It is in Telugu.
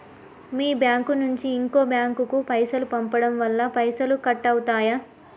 మీ బ్యాంకు నుంచి ఇంకో బ్యాంకు కు పైసలు పంపడం వల్ల పైసలు కట్ అవుతయా?